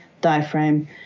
diaphragm